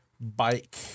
Bike